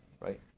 right